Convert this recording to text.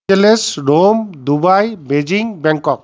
Rome Dubai Beijing Bangkok